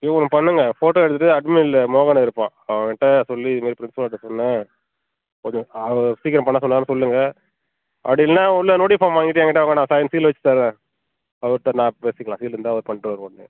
நீங்கள் ஒன்று பண்ணுங்க ஃபோட்டோ எடுத்துகிட்டு அட்மினில் மோகன் இருப்பான் அவன்கிட்ட சொல்லி இது மாதிரி ப்ரின்ஸ்பால்கிட்ட சொன்னால் கொஞ்சம் அவரு சீக்கிரம் பண்ண சொன்னாருன்னு சொல்லுங்கள் அப்படி இல்லைனா உள்ளே நோ ட்யூவ் ஃபார்ம் வாங்கிட்டு எங்கிட்ட வாங்க நான் சைன் சீல் வச்சு தரேன் அவர்கிட்ட நான் பேசிக்கலாம் சீல் இருந்தால் அவர் பண்ணிடுவார் உடனே